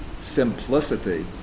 simplicity